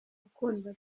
akundwa